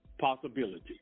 possibility